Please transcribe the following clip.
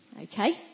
okay